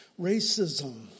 racism